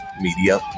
Media